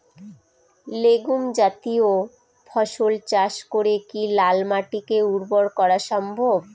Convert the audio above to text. Legume জাতীয় ফসল চাষ করে কি লাল মাটিকে উর্বর করা সম্ভব?